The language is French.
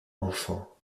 enfant